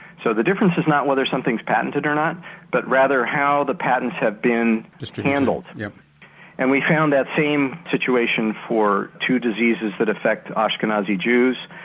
so the difference is not whether something is patented or not but rather how the patents have been handled yeah and we found that same situation for two diseases that affect ashkenazi jews,